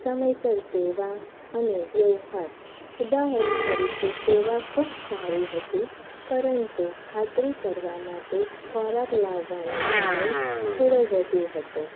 સમયસર સેવા અને વ્યવહાર ઉદાહરણ તરીકે કે સેવા ખૂબ સારી હતી પરંતુ ખાતરી કરવા માટે ખોરાક લાવવાનો સમય થોડો વધુ હતો